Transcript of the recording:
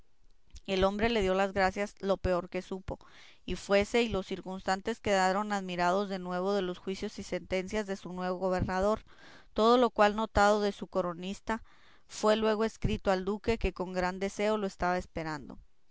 el hombre le dio las gracias lo peor que supo y fuese y los circunstantes quedaron admirados de nuevo de los juicios y sentencias de su nuevo gobernador todo lo cual notado de su coronista fue luego escrito al duque que con gran deseo lo estaba esperando